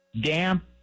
damp